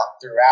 throughout